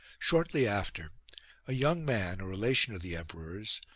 shortly after a young man, a relation of the emperor's,